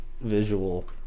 visual